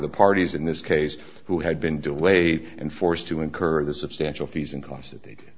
the parties in this case who had been delayed and forced to incur the substantial fees and cos